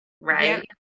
right